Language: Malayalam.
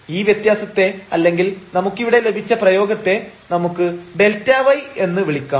ഈ വ്യത്യാസത്തെ അല്ലെങ്കിൽ നമുക്കിവിടെ ലഭിച്ച പ്രയോഗത്തെ നമുക്ക് Δy എന്ന് വിളിക്കാം